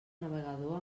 navegador